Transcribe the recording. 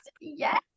Yes